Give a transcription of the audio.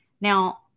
Now